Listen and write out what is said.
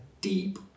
deep